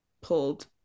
pulled